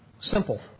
Simple